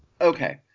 Okay